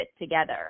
together